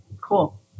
cool